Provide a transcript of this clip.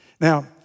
Now